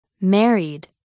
Married